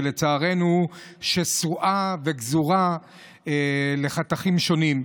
שלצערנו שסועה וגזורה לחתכים שונים.